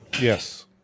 Yes